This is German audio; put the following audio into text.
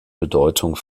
bedeutung